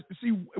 see